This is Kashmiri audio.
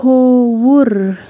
کھووُر